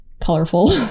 colorful